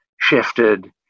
shifted